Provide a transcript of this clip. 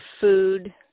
food